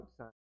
outside